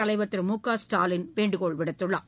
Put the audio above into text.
தலைவர் திரு மு க ஸ்டாலின் வேண்டுகோள் விடுத்துள்ளார்